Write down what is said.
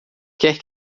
quer